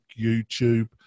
YouTube